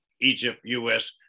Egypt-US